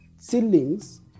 ceilings